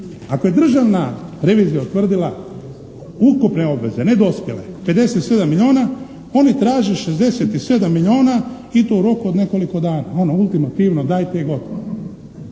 Ako je državna revizija utvrdila ukupne obveze, ne dospjele, 57 milijuna, oni traže 67 milijuna i to u roku od nekoliko dana, ono ultimativno dajte i gotovo.